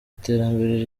iterambere